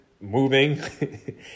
moving